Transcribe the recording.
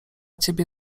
ciebie